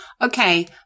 okay